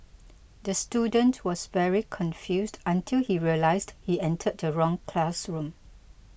the student was very confused until he realised he entered the wrong classroom